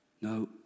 No